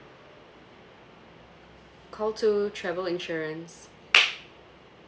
call two travel insurance